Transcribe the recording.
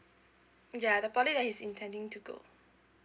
ya the poly that he's intending to go